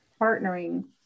partnering